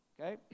Okay